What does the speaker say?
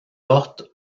porte